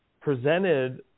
presented